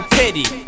pity